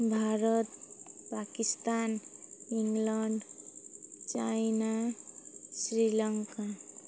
Bharat Pakistan England China Sri Lanka